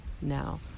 now